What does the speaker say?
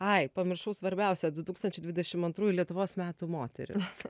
ai pamiršau svarbiausią du tūkstančiai dvidešim antrųjų lietuvos metų moteris